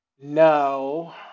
No